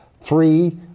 three